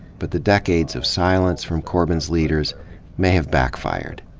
but the decades of silence from corbin's leaders may have backfired.